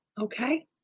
Okay